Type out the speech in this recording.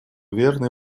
верные